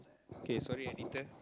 okay sorry editor